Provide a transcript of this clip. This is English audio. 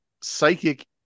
psychic